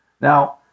Now